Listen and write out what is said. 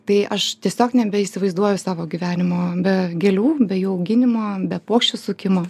tai aš tiesiog nebeįsivaizduoju savo gyvenimo be gėlių be jų auginimo be puokščių sukimo